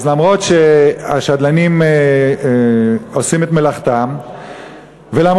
אז אף שהשדלנים עושים את מלאכתם ואף